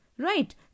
Right